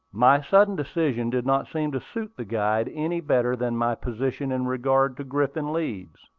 my sudden decision did not seem to suit the guide any better than my position in regard to griffin leeds.